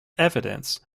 evidence